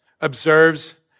observes